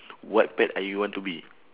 what pet are you want to be